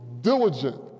diligent